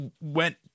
went